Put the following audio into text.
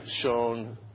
shown